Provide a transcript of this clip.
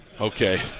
Okay